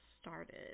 started